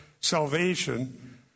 salvation